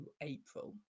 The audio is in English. April